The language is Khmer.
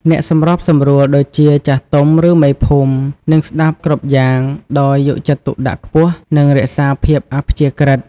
អ្នកសម្របសម្រួល ដូចជា ចាស់ទុំ ឬ មេភូមិ នឹងស្តាប់គ្រប់យ៉ាងដោយយកចិត្តទុកដាក់ខ្ពស់ និងរក្សាភាពអព្យាក្រឹត្យភាព។